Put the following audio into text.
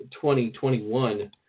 2021